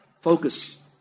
focus